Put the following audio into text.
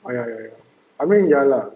oh ya ya ya I mean ya lah